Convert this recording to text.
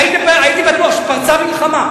הייתי בטוח שפרצה מלחמה,